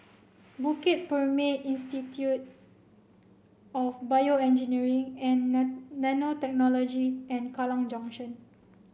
Bukit Purmei Institute of BioEngineering and Nanotechnology and Kallang Junction